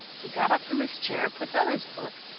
he got up from his chair, put down his book,